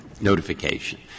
notification